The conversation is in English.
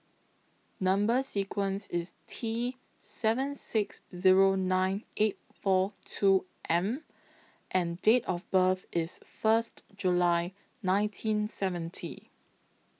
Number sequence IS T seven six Zero nine eight four two M and Date of birth IS First July nineteen seventy